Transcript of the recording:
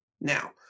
Now